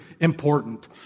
important